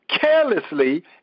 carelessly